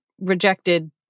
rejected